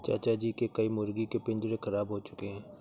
चाचा जी के कई मुर्गी के पिंजरे खराब हो चुके हैं